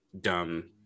dumb